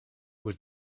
was